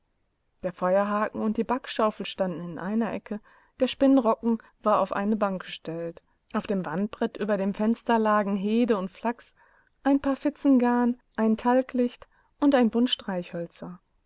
der feuerhaken und die backschaufel standen in einer ecke der spinnrocken war auf eine bank gestellt auf dem wandbrett über dem fenster lagen hede und flachs ein paar fitzen garn ein talglicht und einbundstreichhölzer